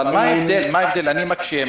אני מקשה,